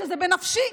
שזה בנפשי,